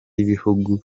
y’ibihugu